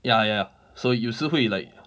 ya ya ya so 有时会 like